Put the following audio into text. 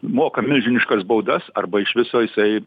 moka milžiniškas baudas arba iš viso jisai